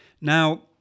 Now